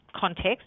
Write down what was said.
context